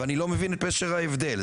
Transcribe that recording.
ואני לא מבין את פשר ההבדל.